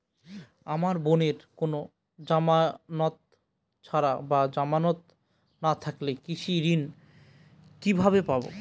আমার বোনের কোন জামানত ছাড়া বা জামানত না থাকলে কৃষি ঋণ কিভাবে পাবে?